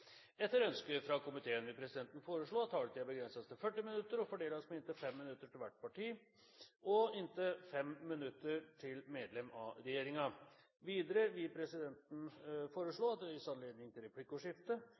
Etter ønske fra kirke-, utdannings- og forskningskomiteen vil presidenten foreslå at taletiden begrenses til 40 minutter og fordeles med inntil 5 minutter til hvert parti og inntil 5 minutter til medlem av regjeringen. Videre vil presidenten foreslå at det gis anledning til replikkordskifte